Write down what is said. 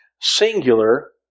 singular